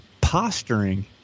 posturing